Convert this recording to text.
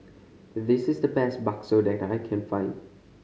this is the best bakso that I can find